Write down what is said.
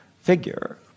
figure